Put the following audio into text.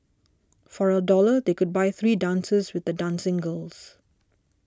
for a dollar they could buy three dances with the dancing girls